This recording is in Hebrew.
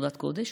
בחרדת קודש,